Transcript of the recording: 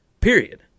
period